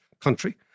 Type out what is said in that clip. country